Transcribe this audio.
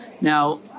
Now